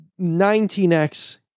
19x